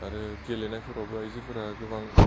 आरो गेलेनायफोरावबो आइजोफोरा गोबां